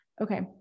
Okay